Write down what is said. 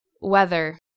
weather